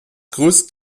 größte